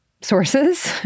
Sources